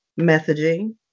messaging